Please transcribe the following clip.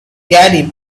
gary